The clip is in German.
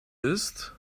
ist